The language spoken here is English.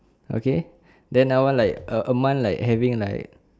okay then I want like a a month like having like